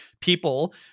people